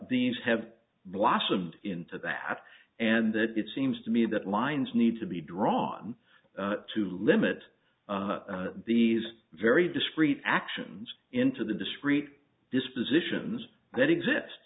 these have blossomed into that and that it seems to me that lines need to be drawn to limit the very discrete actions into the discrete dispositions that exist